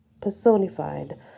personified